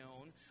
own